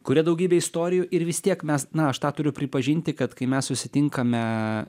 kuria daugybė istorijų ir vis tiek mes na aš tą turiu pripažinti kad kai mes susitinkame